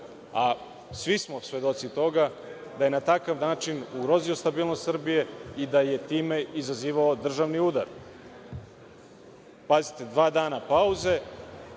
a svi smo svedoci toga, da je na takav način ugrozio stabilnost Srbije i da je time izazivao državni udar. Pazite, dva dana pauze